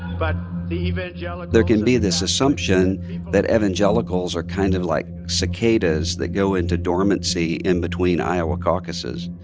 but the evangelicals. there can be this assumption that evangelicals are kind of like cicadas that go into dormancy in between iowa caucuses.